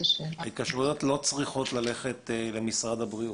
ההתקשרויות לא צריכות ללכת למשרד הבריאות.